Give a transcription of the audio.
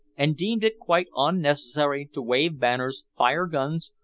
and deemed it quite unnecessary to wave banners, fire guns,